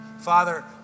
Father